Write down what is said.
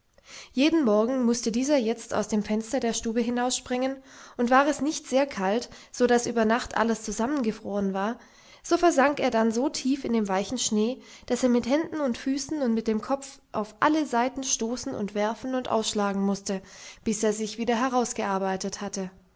jeden morgen mußte dieser jetzt aus dem fenster der stube hinausspringen und war es nicht sehr kalt so daß über nacht alles zusammengefroren war so versank er dann so tief in dem weichen schnee daß er mit händen und füßen und mit dem kopf auf alle seiten stoßen und werfen und ausschlagen mußte bis er sich wieder herausgearbeitet hatte